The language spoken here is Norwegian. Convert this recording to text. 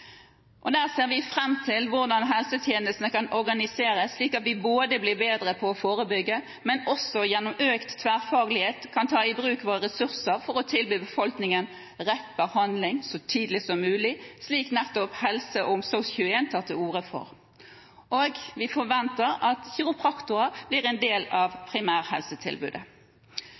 hvordan helsetjenestene kan organiseres slik at vi både blir bedre på å forebygge og gjennom økt tverrfaglighet kan ta i bruk våre ressurser for å tilby befolkningen rett behandling så tidlig som mulig, slik nettopp HelseOmsorg21 tar til orde for. Vi forventer at kiropraktorer blir en del av